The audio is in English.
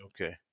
Okay